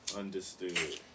understood